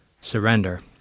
surrender